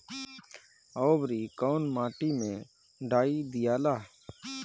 औवरी कौन माटी मे डाई दियाला?